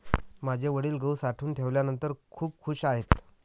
माझे वडील गहू साठवून ठेवल्यानंतर खूप खूश आहेत